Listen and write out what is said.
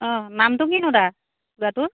অঁ নামটো কিনো তাৰ ল'ৰাটোৰ